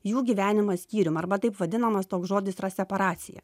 jų gyvenimą skyrium arba taip vadinamas toks žodis yra separacija